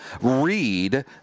read